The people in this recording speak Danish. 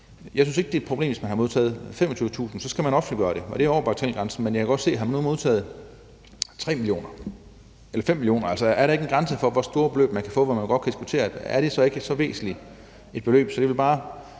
jeg synes ikke, det er et problem, hvis man har modtaget over 25.000 kr. Så skal man offentliggøre det, og det er over bagatelgrænsen. Men jeg kan godt se det, hvis man nu har modtaget 3 mio. kr. eller 5 mio. kr. Altså, er der ikke en grænse for, hvor store beløb man kan få, og hvor man godt kan diskutere, om det så ikke er et væsentligt beløb? Så der vil jeg